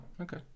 okay